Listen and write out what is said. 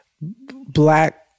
black